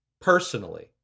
personally